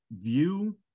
view